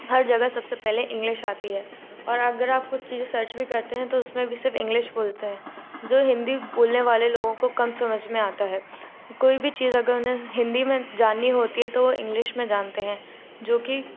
हर जगह सबसे पहले इंग्लिश आती है और अगर आप कुछ चीज़ें सर्च भी करते हैं तो उसमे भी सिर्फ इंग्लिश बोलते हैं जो हिन्दी बोलने वाले लोगों को कम समझ में आता है कोई भी चीज़ अगर उन्हें हिन्दी में जाननी होती है तो वो इंग्लिश में जानते है जो कि